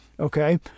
okay